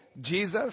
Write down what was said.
Jesus